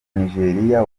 nigeriya